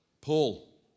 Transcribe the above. Paul